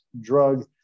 drug